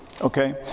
Okay